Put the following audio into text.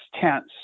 tense